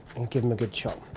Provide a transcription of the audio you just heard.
and give them a good chop.